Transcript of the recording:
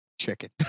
Chicken